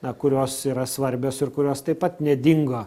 na kurios yra svarbios ir kurios taip pat nedingo